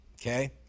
Okay